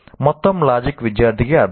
మొత్తం లాజిక్ విద్యార్థికి అర్ధమే